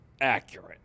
accurate